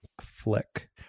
flick